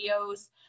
videos